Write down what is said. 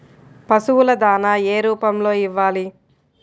పశువుల దాణా ఏ రూపంలో ఇవ్వాలి?